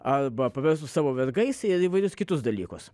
arba paverstų savo vergais ir įvairius kitus dalykus